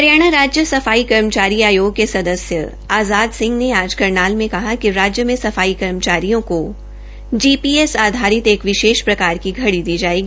हरियाणा राज्य सफाई कर्मचारी आयोग के सदस्य आजाद सिंह ने आज करनाल में कहा कि राज्य में सफाई कर्मचरियों को जीपीएस आधारित एक विशेष प्रकार की घड़ी दी जाएगी